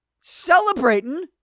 celebrating